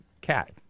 cat